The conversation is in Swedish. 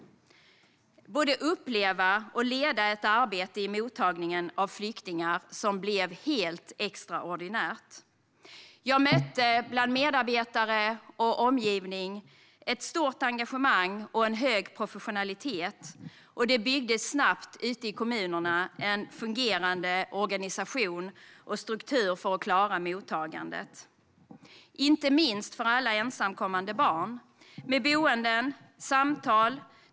Jag fick uppleva och leda ett arbete i samband med mottagningen av flyktingar som blev alldeles extraordinärt. Bland medarbetare och omgivning mötte jag ett stort engagemang och en hög professionalitet. Ute i kommunerna byggdes snabbt en fungerande organisation och struktur för att klara mottagandet. Detta gäller inte minst mottagandet av alla ensamkommande barn, med boenden och samtal.